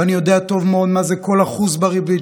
ואני יודע טוב מאוד מה זה כל אחוז בריבית,